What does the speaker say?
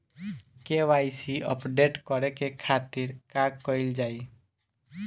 KYC update करे के खातिर का कइल जाइ?